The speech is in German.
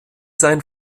sein